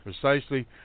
precisely